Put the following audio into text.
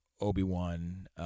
Obi-Wan